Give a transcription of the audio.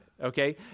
Okay